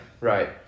Right